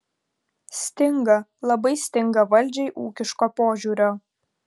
stinga labai stinga valdžiai ūkiško požiūrio